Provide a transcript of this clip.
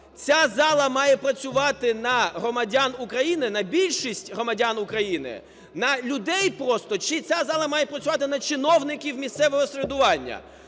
ця зала має працювати на громадян України, на більшість громадян України, на людей просто чи ця зала має працювати на чиновників місцевого самоврядування,